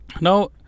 Now